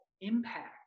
impact